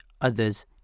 others